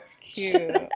cute